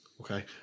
Okay